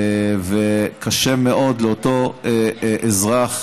וקשה מאוד לאותו אזרח,